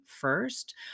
first